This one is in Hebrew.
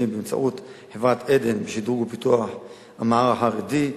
באמצעות חברת "עדן" בשדרוג ופיתוח המע"ר החרדי,